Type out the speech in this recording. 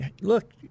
look